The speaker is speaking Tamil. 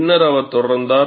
பின்னர் அவர் தொடர்ந்தார்